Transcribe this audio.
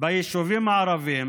ביישובים הערביים